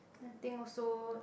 I think also